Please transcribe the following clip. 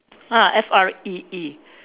ah F R E E